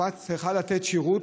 הקופה צריכה לתת שירות,